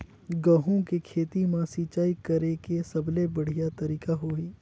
गंहू के खेती मां सिंचाई करेके सबले बढ़िया तरीका होही?